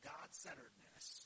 God-centeredness